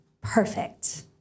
perfect